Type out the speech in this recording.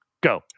go